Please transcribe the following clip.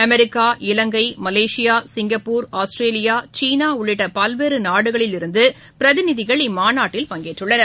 America Ilangai Malaysia Singapore Australia சீனா உள்ளிட்ட பல்வேறு நாடுகளிலிருந்து பிரதிநிதிகள் இம்மாநாட்டில் பங்கேற்றுள்ளனர்